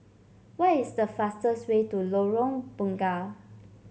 where is the fastest way to Lorong Bunga